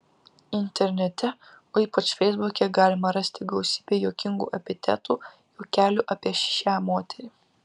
internete o ypač feisbuke galima rasti gausybę juokingų epitetų juokelių apie šią moterį